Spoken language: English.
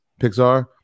Pixar